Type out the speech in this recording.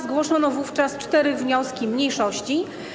Zgłoszono wówczas cztery wnioski mniejszości.